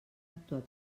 actuat